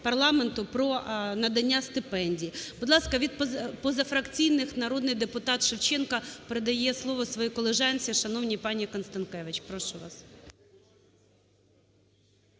про надання стипендій. Будь ласка, від позафракційних народний депутат Шевченко передає слово своїй колежанці шановній паніКонстанкевич. Прошу вас.